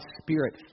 spirit